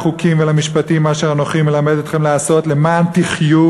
החקים ואל המשפטים אשר אנכי מלמד אתכם לעשות למען תחיו,